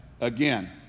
again